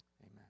amen